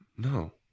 No